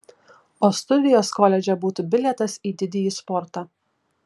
o studijos koledže būtų bilietas į didįjį sportą